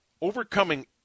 Overcoming